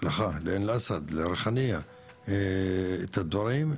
לעין אל-אסד, לריחאניה את הדברים.